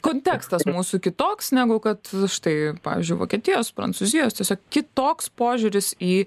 kontekstas mūsų kitoks negu kad štai pavyzdžiui vokietijos prancūzijos tiesiog kitoks požiūris į